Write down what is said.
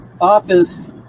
office